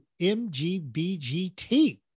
MGBGT